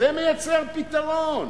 זה מייצר פתרון.